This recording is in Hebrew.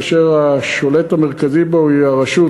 כאשר השולט המרכזי בו הוא הרשות,